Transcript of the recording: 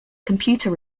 computer